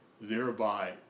Thereby